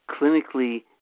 clinically